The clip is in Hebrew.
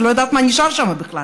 אני לא יודעת מה נשאר שם בכלל,